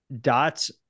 dots